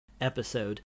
episode